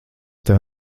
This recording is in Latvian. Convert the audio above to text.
tev